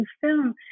film